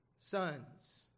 sons